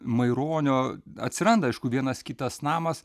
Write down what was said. maironio atsiranda aišku vienas kitas namas